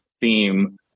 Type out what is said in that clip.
theme